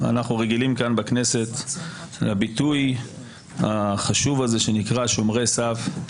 אנחנו רגילים כאן בכנסת לביטוי החשוב הזה שנקרא "שומרי סף",